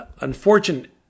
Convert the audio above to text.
unfortunate